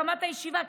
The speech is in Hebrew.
את הקמת הישיבה,